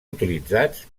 utilitzats